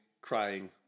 crying